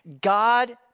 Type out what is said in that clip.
God